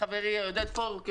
לעודד פורר ולי,